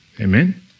Amen